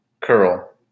curl